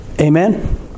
Amen